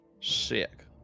Sick